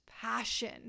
passion